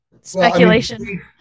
speculation